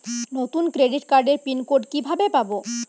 নতুন ক্রেডিট কার্ডের pin code কিভাবে পাব?